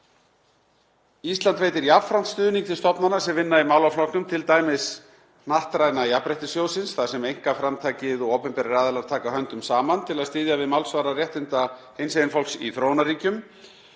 Ísland veitir jafnframt stuðning til stofnana sem vinna í málaflokknum, t.d. hnattræna jafnréttissjóðsins þar sem einkaframtakið og opinberir aðilar taka höndum saman til að styðja við málsvara réttinda hinsegin fólks í þróunarríkjum.